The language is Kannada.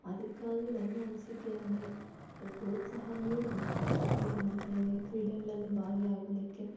ಅದಕ್ಕಾಗಿ ನನ್ನ ಅನಿಸಿಕೆ ಏನೆಂದ್ರೆ ಪ್ರೋತ್ಸಾಹ ನೀಡಬೇಕು ಹೆಣ್ಣು ಮಕ್ಕಳಿಗೆ ಕ್ರೀಡೆಗಳಲ್ಲಿ ಭಾಗಿಯಾಗಲಿಕ್ಕೆ